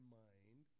mind